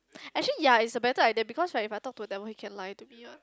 actually ya is a better idea because right if I talk to a devil he can lie to me what